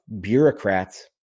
bureaucrats